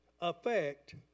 affect